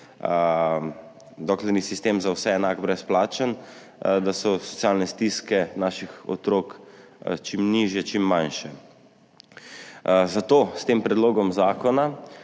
dokler ni sistem za vse enak, brezplačen, socialne stiske naših otrok čim manjše. Zato s tem predlogom zakona